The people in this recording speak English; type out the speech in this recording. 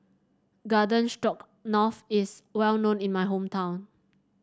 Garden Stroganoff is well known in my hometown